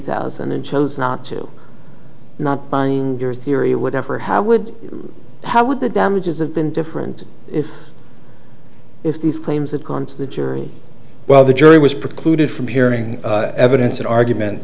thousand in chose not to not buying your theory or whatever how would how would the damages have been different if if these claims that gone to the jury well the jury was precluded from hearing evidence and argument